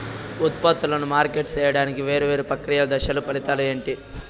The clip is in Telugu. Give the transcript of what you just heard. ఉత్పత్తులను మార్కెట్ సేయడానికి వేరువేరు ప్రక్రియలు దశలు ఫలితాలు ఏంటి?